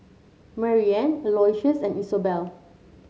Maryanne Aloysius and Isobel